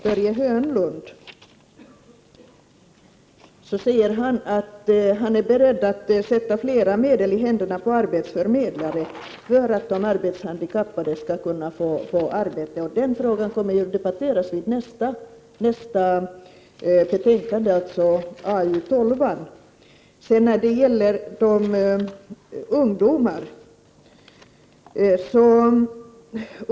Börje Hörnlund säger att han är beredd att sätta flera medel i händerna på arbetsförmedlarna för att de arbetshandikappade skall kunna få arbete. Den frågan kommer att debatteras när vi behandlar nästa betänkande, nr 12 från arbetsmarknadsutskottet.